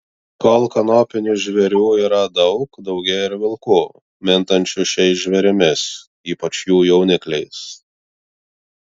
kol kanopinių žvėrių yra daug daugėja ir vilkų mintančių šiais žvėrimis ypač jų jaunikliais